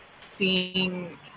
seeing